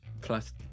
plus